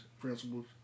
principles